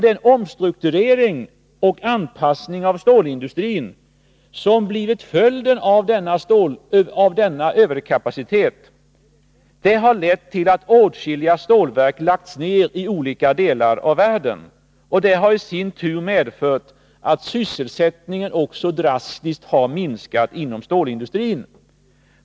Den omstrukturering och anpassning av stålindustrin som blivit föjden av denna överkapacitet har lett till att åtskilliga stålverk har lagts ned i olika delar av världen, vilket i sin tur medfört att sysselsättningen också drastiskt har minskat inom stålindustrin.